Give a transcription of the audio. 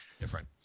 different